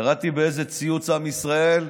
קראתי באיזה ציוץ, עם ישראל,